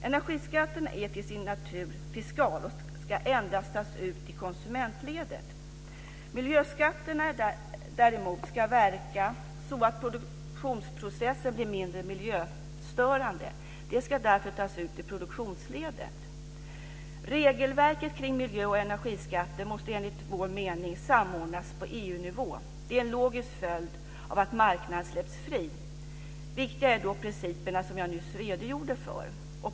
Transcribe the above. Energiskatten är till sin natur fiskal, och ska endast tas ut i konsumentledet. Miljöskatterna ska däremot verka så att produktionsprocessen blir mindre miljöstörande. De ska därför tas ut i produktionsledet. Regelverket kring miljö och energiskatter måste enligt vår mening samordnas på EU-nivå. Det är en logisk följd av att marknaden släpps fri. De principer som jag nyss redogjorde för är då viktiga.